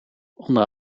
onder